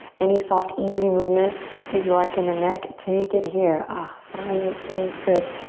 any soft, easy movement that you like in the neck, take it here. ah find what feels good.